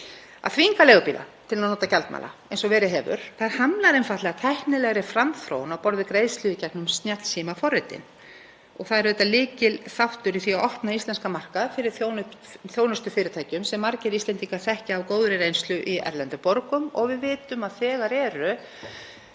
Að þvinga leigubíla til að nota gjaldmiðla eins og verið hefur hamlar einfaldlega tæknilegri framþróun á borð við greiðslu í gegnum snjallsímaforritin. Það er auðvitað lykilþáttur í því að opna íslenskan markað fyrir þjónustufyrirtækjum sem margir Íslendingar þekkja af góðri reynslu í erlendum borgum og við vitum að þegar eru